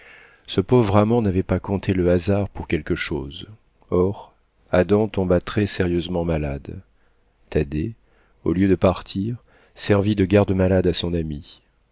ce pauvre amant n'avait pas compté le hasard pour quelque chose or adam tomba très-sérieusement malade thaddée au lieu de partir servit de garde-malade à son ami